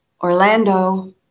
Orlando